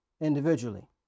individually